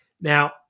Now